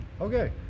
Okay